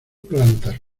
plantar